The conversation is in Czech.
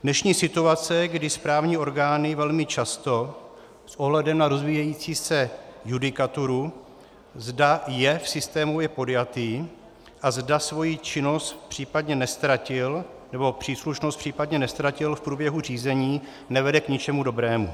Dnešní situace, kdy správní orgány velmi často s ohledem na rozvíjející se judikaturu, zda je systémově podjatý a zda svoji činnost případně neztratil, nebo příslušnost případně neztratil v průběhu řízení, nevede k ničemu dobrému.